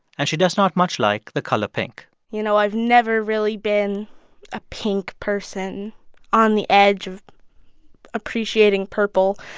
and she does not much like the color pink you know, i've never really been a pink person on the edge of appreciating purple.